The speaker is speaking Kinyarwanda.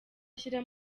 ashyira